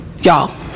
Y'all